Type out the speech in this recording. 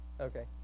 Okay